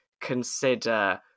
consider